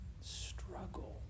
Struggle